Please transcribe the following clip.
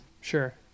Sure